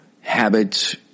habits